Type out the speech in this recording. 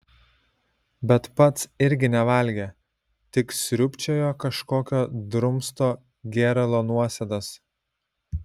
bet pats irgi nevalgė tik sriūbčiojo kažkokio drumsto gėralo nuosėdas